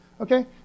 Okay